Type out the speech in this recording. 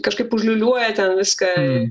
kažkaip užliūliuoja ten viską